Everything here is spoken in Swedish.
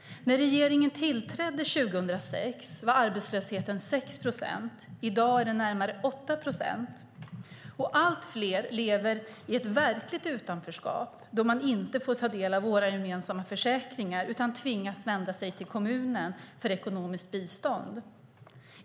När regeringen tillträdde 2006 var arbetslösheten 6 procent. I dag är den närmare 8 procent. Allt fler lever i ett verkligt utanförskap, då man inte får ta del av våra gemensamma försäkringar utan tvingas vända sig till kommunen för ekonomiskt bistånd.